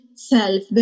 self